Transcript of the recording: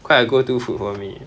quit a go to food for me